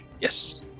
Yes